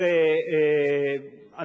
זה עורכי עיתונים,